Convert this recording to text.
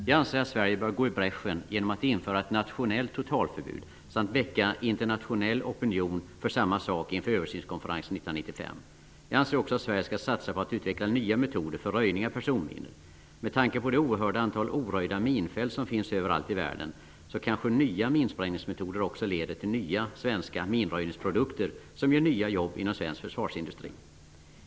Jag anser att Sverige bör gå i bräschen genom att införa ett nationellt totalförbud samt väcka internationell opinion för samma sak inför översynskonferensen 1995. Jag anser också att Sverige skall satsa på att utveckla nya metoder för röjning av personminor. Med tanke på det oerhörda antal oröjda minfält som finns överallt i världen, kanske nya minsprängningsmetoder också leder till nya svenska minröjningsprodukter som ger nya jobb inom svensk försvarsindustri.